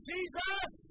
Jesus